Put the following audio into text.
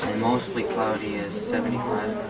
mostly cloudy is seventy five.